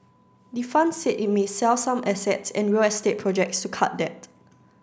the fund said it may sell some assets and real estate projects to cut debt